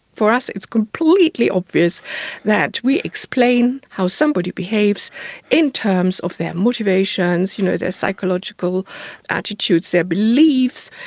for us it's completely obvious that we explain how somebody behaves in terms of their motivations you know, their psychological attitudes, their beliefs.